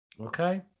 Okay